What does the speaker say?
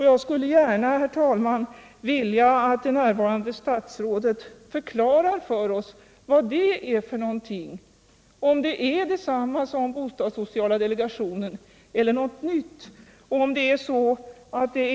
Jag skulle gärna, herr talman, vilja att det närvarande statsrådet förklarar för oss vad denna referensgrupp är för någonting, om den är detsamma som den bostadssociala delegationen eller om den är någonting nytt.